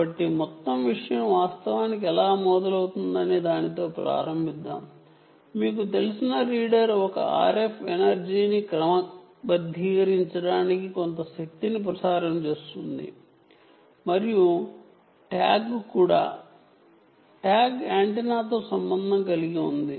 కాబట్టి మొత్తం విషయం వాస్తవానికి ఎలా మొదలవుతుందనే దానితో ప్రారంభిద్దాం మీకు తెలిసిన రీడర్ ఒక ఆర్ఎఫ్ ఎనర్జీని క్రమబద్ధీకరించడానికి కొంత శక్తిని ప్రసారం చేస్తుంది మరియు ట్యాగ్ కూడా ట్యాగ్ యాంటెన్నాతో సంబంధం కలిగి ఉంది